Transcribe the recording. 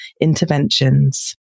interventions